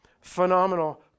phenomenal